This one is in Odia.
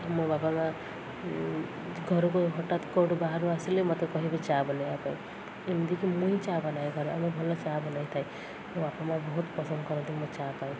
ମୋ ବାପା ମାଆ ଘରକୁ ହଠାତ କେଉଁଠୁ ବାହାରୁ ଆସିଲେ ମୋତେ କହିବେ ଚା ବନାଇବା ପାଇଁ ଏମିତିକି ମୁଁ ହିଁ ଚା ବନାଏ ଘରେ ଆମେ ଭଲ ଚା ବନାଇ ଥାଏ ମୋ ବାପା ମାଆ ବହୁତ ପସନ୍ଦ କରନ୍ତି ମୋ ଚା ପାଇଁ